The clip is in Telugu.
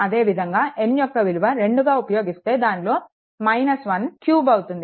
అదేవిధంగా n యొక్క విలువ 2గా ఉపయోగిస్తే దానిలో 13 అవుతుంది